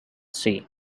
sea